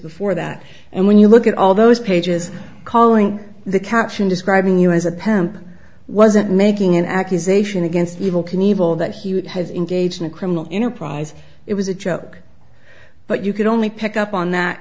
before that and when you look at all those pages calling the caption describing you as a penpal wasn't making an accusation against evil knievel that he would have engaged in a criminal enterprise it was a joke but you could only pick up on that